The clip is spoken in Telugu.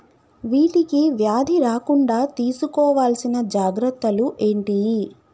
వీటికి వ్యాధి రాకుండా తీసుకోవాల్సిన జాగ్రత్తలు ఏంటియి?